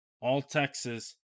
All-Texas